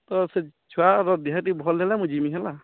ତ ସେ ଛୁଆର୍ ଦେହଟି ଭଲ୍ ହେଲେ ମୁଁ ଯିମି ହେଲା